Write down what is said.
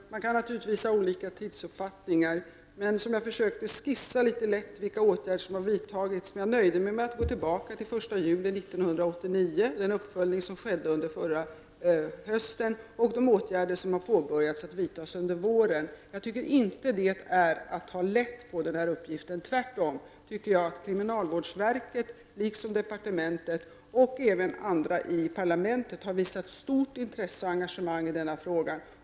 Herr talman! Man kan naturligtvis ha olika tidsuppfattningar. Jag försökte skissa vilka åtgärder som har vidtagits. Men jag nöjde mig med att gå tillbaka till den 1 juni 1989 och den uppföljning som skedde under förra hösten och de åtgärder som har börjat vidtas under våren. Jag tycker inte det är att ta lätt på uppgiften. Tvärtom tycker jag att kriminalvårdsverket liksom departementet och även många i parlamentet har visat stort intresse och engagemang i denna fråga.